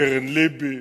קרן לב"י,